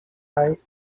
height